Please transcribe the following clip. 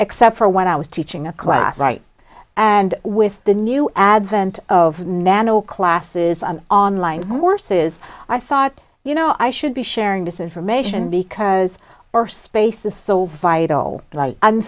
except for when i was teaching a class right and with the new advent of nano classes online horses i thought you know i should be sharing this information because our space is so vital